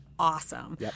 Awesome